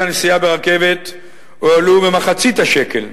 הנסיעה ברכבת הועלו במחצית השקל,